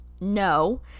No